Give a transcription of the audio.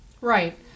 Right